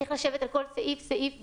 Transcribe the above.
צריך לשבת על כל סעיף וסעיף בחוק,